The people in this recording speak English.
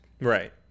Right